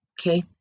Okay